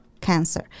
cancer